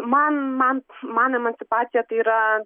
man man man emancipacija tai yra